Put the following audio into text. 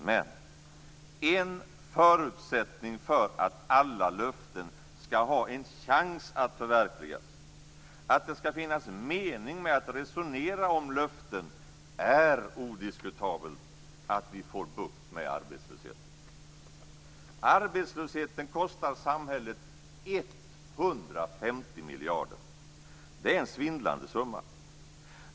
Men en förutsättning för att alla löften skall ha en chans att förverkligas, att det skall finnas en mening med att resonera om löften är odiskutabelt att vi får bukt med arbetslösheten. Arbetslösheten kostar samhället 150 miljarder. Det är en svindlande summa.